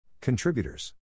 Contributors